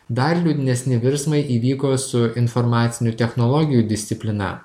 dar liūdnesni virsmai įvyko su informacinių technologijų disciplina